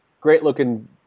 Great-looking